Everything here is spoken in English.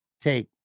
take